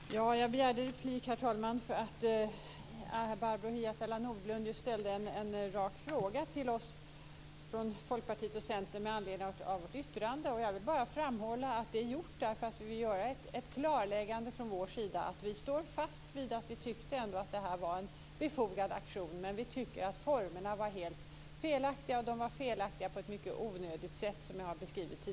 Herr talman! Jag begärde replik därför att Barbro Hietala Nordlund ställde en rak fråga till Folkpartiet och Centerpartiet med anledning av vårt särskilda yttrande. Jag vill bara framhålla att det är gjort därför att vi vill göra ett klarläggande från vår sida att vi står fast vid att vi ändå tycker att detta var en befogad aktion men att vi tycker att formerna var helt felaktiga på ett mycket onödigt sätt, vilket jag tidigare har beskrivit.